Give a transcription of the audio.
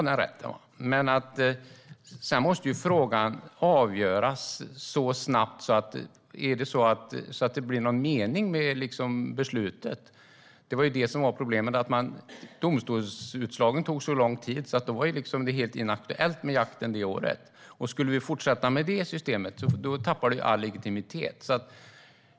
Men frågan måste avgöras så snabbt att det blir en mening med beslutet. Problemet var att domstolsprocessen tog så lång tid att det blev inaktuellt med jakt det året. Skulle vi fortsätta med det systemet tappar det all legitimitet.